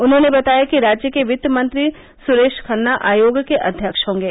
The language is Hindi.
उन्होंने बताया कि राज्य के वित्त मंत्री सुरेश खन्ना आयोग के अव्यक्ष होंगे